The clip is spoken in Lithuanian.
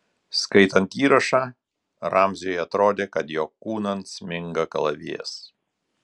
skaitant įrašą ramziui atrodė kad jo kūnan sminga kalavijas